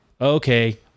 Okay